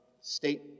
state